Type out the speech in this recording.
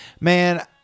man